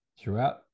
throughout